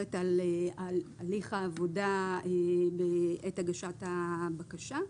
מדברת על הליך העבודה בעת הגשת הבקשה.